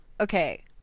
Okay